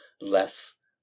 less